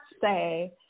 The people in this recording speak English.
say